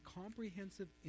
comprehensive